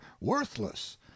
worthless